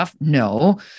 No